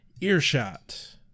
Earshot